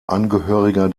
angehöriger